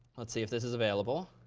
let's see if this is available.